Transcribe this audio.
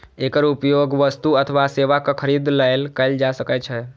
एकर उपयोग वस्तु अथवा सेवाक खरीद लेल कैल जा सकै छै